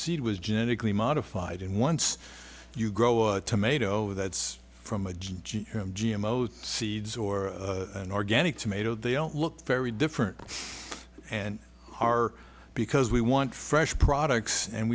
seed was genetically modified and once you grow a tomato that's from a g g g m o's seeds or an organic tomato they don't look very different and are because we want fresh products and